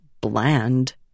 bland